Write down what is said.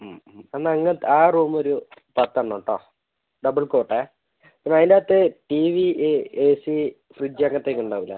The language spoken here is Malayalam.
എന്നാ അങ്ങനത്തെ ആ റൂമൊരു പത്തെണ്ണം കേട്ടോ ഡബിൾ കോട്ടേ പിന്നെ അതിൻ്റെ അകത്ത് T V A C fridge അങ്ങനത്തെ ഒക്കെ ഉണ്ടാവില്ലേ